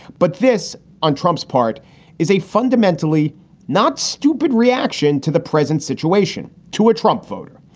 but this on trump's part is a fundamentally not stupid reaction to the present situation to a trump voter,